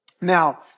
Now